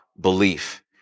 belief